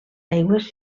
aigües